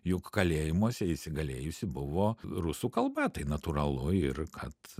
juk kalėjimuose įsigalėjusi buvo rusų kalba tai natūralu ir kad